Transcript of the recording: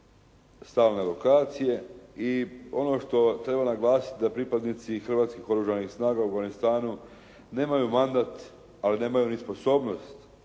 stalne lokacije. I ono što treba naglasiti da pripadnici Hrvatskih oružanih snaga u Afganistanu nemaju mandat ali nemaju ni sposobnost